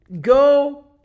Go